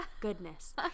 Goodness